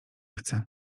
chcę